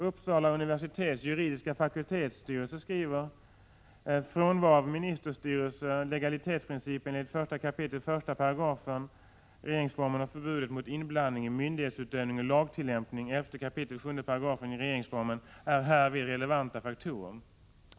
Uppsala universitets juridiska fakultets styrelse skriver: ”Frånvaro av ministerstyrelse, legalitetsprincipen enligt 1 kap. 1 § regeringsformen och förbudet mot inblandning i myndighetsutövning och lagtillämpning 11 kap. 7 § regeringsformen är härvidlag relevanta faktorer.